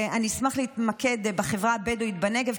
ואני אשמח להתמקד בחברה הבדואית בנגב,